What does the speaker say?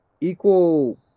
equal